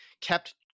kept